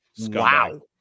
Wow